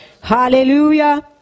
hallelujah